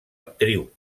actriu